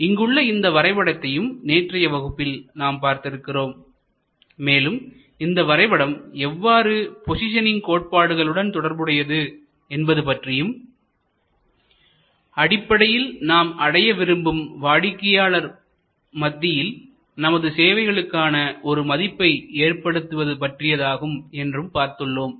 இங்குள்ள இந்த வரைபடத்தையும் நேற்றைய வகுப்பில் நாம் பார்த்திருக்கிறோம் மேலும் இந்த வரைபடம் எவ்வாறு போசிஷனிங் கோட்பாட்டுடன் தொடர்புடையது என்பது பற்றியும் அடிப்படையில் நாம் அடைய விரும்பும் வாடிக்கையாளர் மத்தியில் நமது சேவைக்கான ஒரு மதிப்பை ஏற்படுத்துவது பற்றியதாகும் என்றும் பார்த்துள்ளோம்